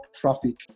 traffic